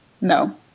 no